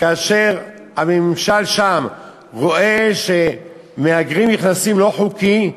כאשר הממשל שם רואה שמהגרים נכנסים לא חוקית,